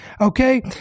okay